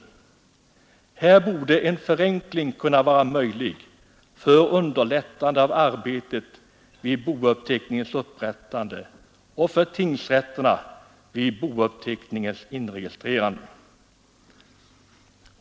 Här borde en förenkling vara möjlig för underlättande av arbetet vid bouppteckningens upprättande och för tingsrätterna vid bouppteckningens inregistrerande.